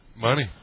Money